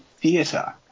theatre